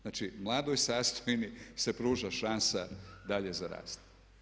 Znači, mladoj sastojini se pruža šansa dalje za rast.